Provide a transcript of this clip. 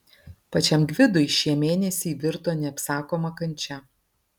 pačiam gvidui šie mėnesiai virto neapsakoma kančia